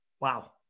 wow